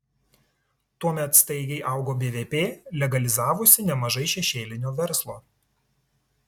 tuomet staigiai augo bvp legalizavosi nemažai šešėlinio verslo